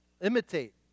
imitate